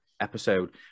episode